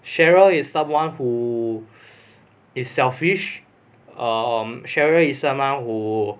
cheryl is someone who is selfish um cheryl is someone who